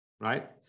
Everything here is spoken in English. right